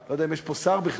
לא יודע אם יש פה שר בכלל.